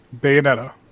bayonetta